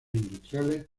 industriales